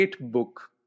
book